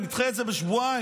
נדחה את זה בשבועיים.